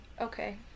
Okay